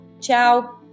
Ciao